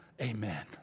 Amen